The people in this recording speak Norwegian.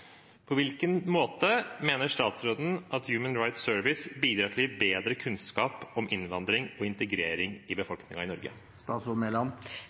På hvilken måte mener statsråden at Human Rights Service bidrar til å gi bedre kunnskap om innvandring og integrering i